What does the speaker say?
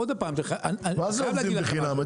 עוד הפעם --- מה זה עובדים בחינם?